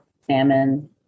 salmon